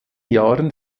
jahren